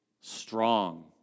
strong